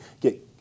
get